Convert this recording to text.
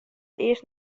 earst